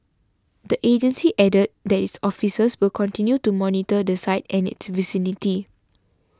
the agency added that its officers will continue to monitor the site and its vicinity